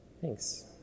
Thanks